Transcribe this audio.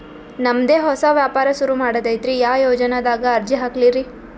ನಮ್ ದೆ ಹೊಸಾ ವ್ಯಾಪಾರ ಸುರು ಮಾಡದೈತ್ರಿ, ಯಾ ಯೊಜನಾದಾಗ ಅರ್ಜಿ ಹಾಕ್ಲಿ ರಿ?